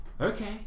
Okay